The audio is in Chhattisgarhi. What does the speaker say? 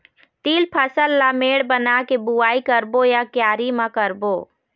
तील फसल ला मेड़ बना के बुआई करबो या क्यारी म करबो?